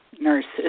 nurses